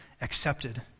accepted